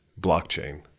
blockchain